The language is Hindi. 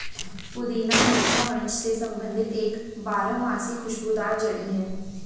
पुदीना मेंथा वंश से संबंधित एक बारहमासी खुशबूदार जड़ी है